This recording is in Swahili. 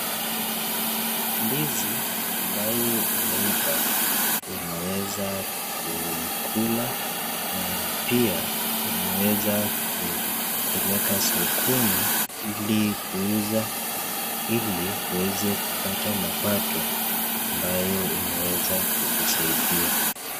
Ndizi ambayo imeiva, unaweza kuikula na pia unaweza kupeleka sokoni ili kuuza ili uweze kupata mapato ambayo inaweza kukusaidia.